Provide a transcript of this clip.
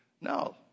No